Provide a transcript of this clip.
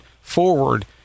forward